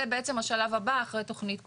זה בעצם השלב הבא אחרי תכנית כוללנית.